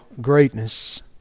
greatness